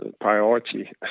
Priority